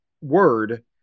word